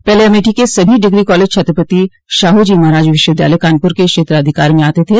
पहले अमेठो के सभी डिग्री कॉलेज छत्रपति शाहू जी महाराज विश्वविद्यालय कानपुर के क्षेत्राधिकार में आते थे